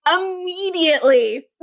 immediately